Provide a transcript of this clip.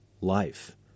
life